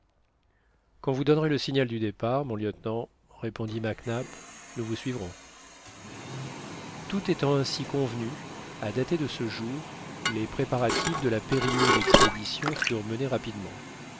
quand vous donnerez le signal du départ mon lieutenant répondit mac nap nous vous suivrons tout étant ainsi convenu à dater de ce jour les préparatifs de la périlleuse expédition furent menés rapidement